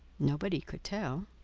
nobody could tell.